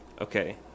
Okay